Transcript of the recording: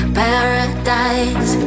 paradise